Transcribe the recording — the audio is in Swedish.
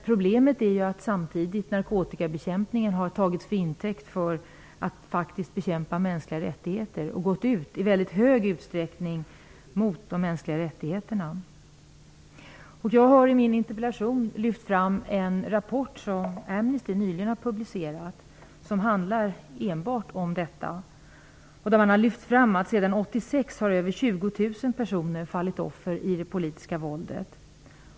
Problemet är att narkotikabekämpningen har tagits till intäkt för att bekämpa mänskliga rättigheter. Det har i mycket stor utsträckning gått ut över de mänskliga rättigheterna. Jag har i min interpellation lyft fram en rapport som Amnesty international nyligen har publicerat och som enbart handlar om detta. Sedan 1986 har över 20 000 personer fallit offer för det politiska våldet.